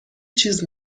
چیز